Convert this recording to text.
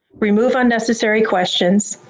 remove unnecessary questions,